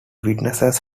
witnesses